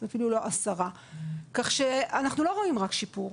אפילו לא 10. כך שאנחנו לא רואים שיפור,